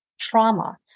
trauma